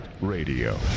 Radio